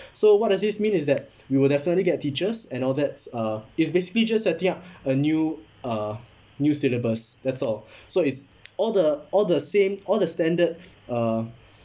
so what does this mean is that we will definitely get teachers and all that's uh it's basically just setting up a new uh new syllabus that's all so it's all the all the same all the standard uh